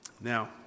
Now